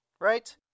right